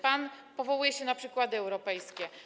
Pan powołuje się na przykłady europejskie.